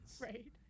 Right